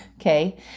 okay